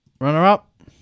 Runner-up